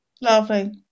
Lovely